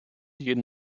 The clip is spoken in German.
jeden